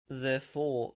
therefore